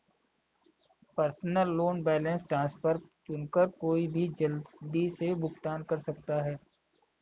personal loan balance transfer चुनकर कोई भी जल्दी से भुगतान कर सकता है